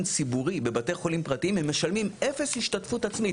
ציבורי בבתי חולים ציבוריים הם משלמים אפס השתתפות עצמית.